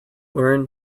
learn